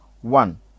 One